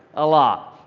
a lot.